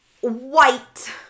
white